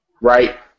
right